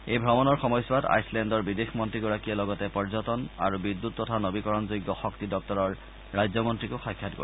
এই ভ্ৰমণৰ সময়ছোৱাত আইচলেণ্ডৰ বিদেশ মন্ত্ৰীগৰাকীয়ে লগতে পৰ্যটন আৰু বিদ্যুৎ তথা নবীকৰণযোগ্য শক্তি দপ্তৰৰ ৰাজ্যমন্ত্ৰীকো সাক্ষাৎ কৰে